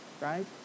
right